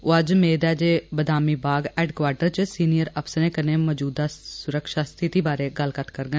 ओह अज्ज मेद ऐ जे बदामी बाग हैडकवाटर च सीनियर अफसरें कन्नै मौजूदा सुरक्षा स्थिति बारै गल्ल बात करङन